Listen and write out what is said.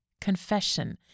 confession